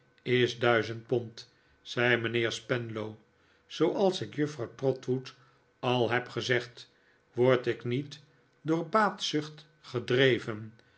is duizend pond zei mijnheer spenlow zooals ik juffrouw trotwood al heb gezegd word ik niet door baatzucht gedreven